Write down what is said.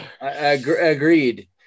agreed